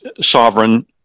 sovereign